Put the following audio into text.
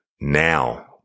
now